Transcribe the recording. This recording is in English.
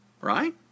right